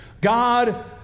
God